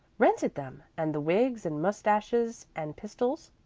rented them, and the wigs and mustaches and pistols,